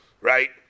right